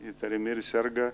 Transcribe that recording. įtariami ir serga